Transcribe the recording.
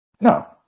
No